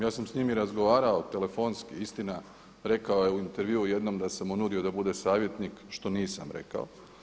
Ja sam s njim razgovarao telefonski, istina rekao je u intervjuu jednom da sam mu nudio da bude savjetnik što nisam rekao.